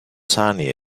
sunny